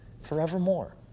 Forevermore